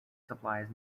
supplies